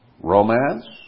romance